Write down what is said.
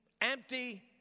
empty